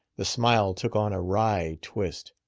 the smile took on a wry twist.